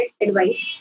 advice